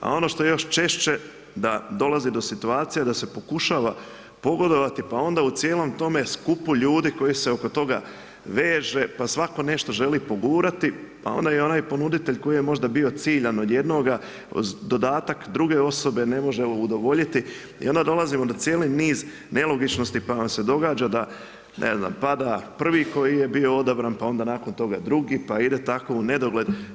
A ono što je još češće da dolazi do situacija se pokušava pogodovati pa onda u cijelom tome skupu ljudi koji se oko toga veže, pa svatko nešto želi pogurati pa onda je i onaj ponuditelj koji je možda bio ciljan od jednoga dodatak druge osobe ne može udovoljiti i onda dolazimo do cijelog niza nelogičnosti pa vam se događa da ne znam pada prvi koji je bio odabran, pa onda nakon toga drugi pa ide tako u nedogled.